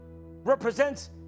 represents